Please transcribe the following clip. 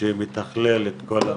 נכון.